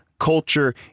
culture